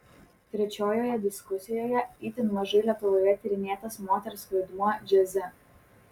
trečiojoje diskusijoje itin mažai lietuvoje tyrinėtas moters vaidmuo džiaze